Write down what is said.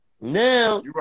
Now